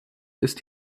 ist